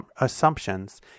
assumptions